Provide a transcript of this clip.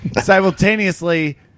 Simultaneously